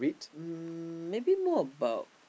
um maybe more about